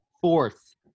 Fourth